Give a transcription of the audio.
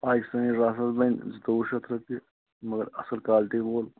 آہ سٲنۍ رفل بنہِ زٕتووُہ شیٚتھ رۅپیہِ مَگر اصٕل کالٹی وول